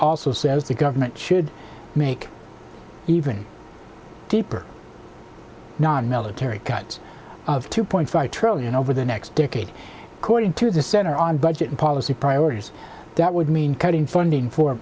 also says the government should make even deeper non military cuts of two point five trillion over the next decade according to the center on budget and policy priorities that would mean cutting funding for